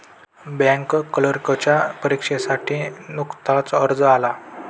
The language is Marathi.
बँक क्लर्कच्या परीक्षेसाठी नुकताच अर्ज आला